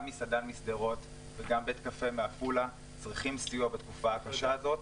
גם מסעדה משדרות וגם בית קפה מעפולה צריכים סיוע בתקופה הקשה הזאת.